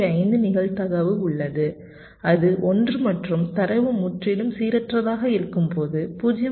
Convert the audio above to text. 5 நிகழ்தகவு உள்ளது அது 1 மற்றும் தரவு முற்றிலும் சீரற்றதாக இருக்கும்போது 0